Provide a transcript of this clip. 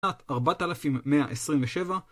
ארבעת אלפים מאה עשרים ושבע